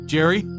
Jerry